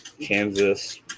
Kansas